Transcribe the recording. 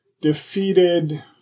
defeated –